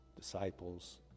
disciples